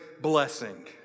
blessing